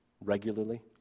regularly